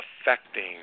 affecting